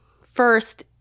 first